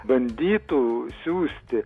bandytų siųsti